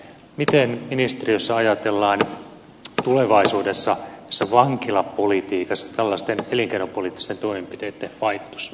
miten ministeriössä ajatellaan tulevaisuudessa vankilapolitiikassa tällaisten elinkeinopoliittisten toimenpiteitten vaikutus